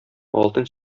алтын